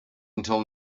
until